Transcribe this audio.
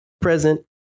present